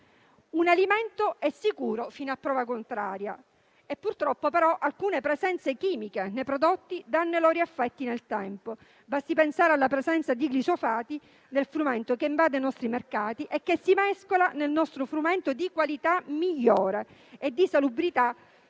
un alimento è sicuro fino a prova contraria. Purtroppo, però, alcune sostanze chimiche presenti nei prodotti danno i loro effetti nel tempo, basti pensare alla presenza di glifosati nel frumento, che invadono i nostri mercati e che si mescolano nel nostro frumento di qualità migliore e di salubrità indiscussa.